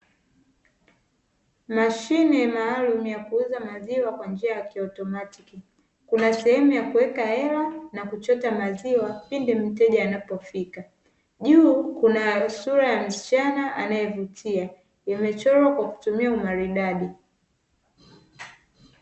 Mashine maalumu ya kuuza maziwa kwa njia ya kiautomatiki, kuna sehemu ya kuweka hela na kuchota maziwa pindi mteja anapofika, juu kuna sura ya msichana anayevutia imechorwa kwa kutumia umaridadi.